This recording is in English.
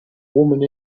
woman